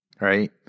right